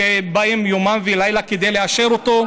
שבאים יומם ולילה כדי לאשר אותו?